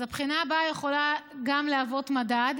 הבחינה הבאה יכולה גם להוות מדד,